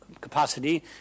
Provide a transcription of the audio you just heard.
capacity